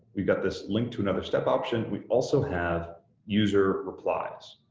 we've got this link to another step option. we also have user replies.